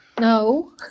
No